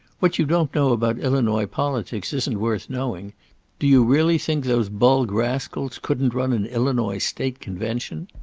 what you don't know about illinois politics isn't worth knowing do you really think those bulgrascals couldn't run an illinois state convention?